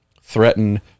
threaten